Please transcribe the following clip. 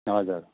हजुर